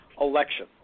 election